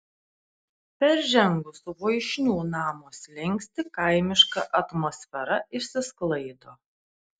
peržengus voišnių namo slenkstį kaimiška atmosfera išsisklaido